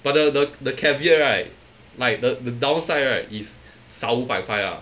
but the the the caveat right like the the downside right is 少五百块 lah